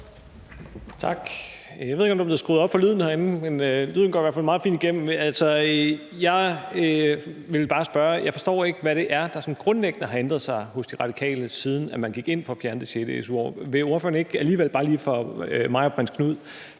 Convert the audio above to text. Tak. Jeg ved ikke, om der er blevet skruet op for lyden herinde; lyden går i hvert fald meget fint igennem. Jeg ville bare spørge. Jeg forstår ikke, hvad det er, der sådan grundlæggende har ændret sig hos De Radikale, siden man gik ind for at fjerne det sjette su-år. Vil ordføreren alligevel ikke bare lige for mig og prins Knud